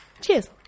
Cheers